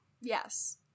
Yes